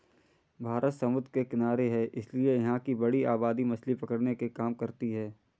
भारत समुद्र के किनारे है इसीलिए यहां की बड़ी आबादी मछली पकड़ने के काम करती है